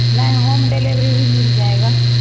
नहीं home delivery भी मिल जाएगी